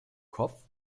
kopf